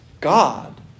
God